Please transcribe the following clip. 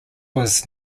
was